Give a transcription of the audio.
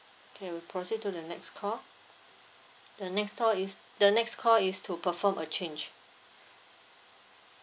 okay we proceed to the next call the next call is the next call is to perform a change